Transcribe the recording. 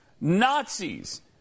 Nazis